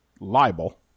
libel